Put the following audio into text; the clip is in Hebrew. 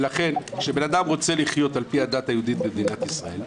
לכן כאשר אדם רוצה לחיות על פי הדת היהודית במדינת ישראל,